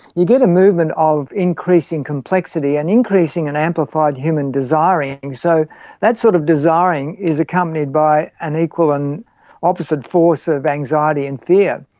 you get a movement of increasing complexity and increasing and amplified human desiring. so that sort of desiring is accompanied by an equal and opposite force of anxiety and fear.